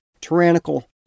tyrannical